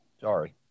Sorry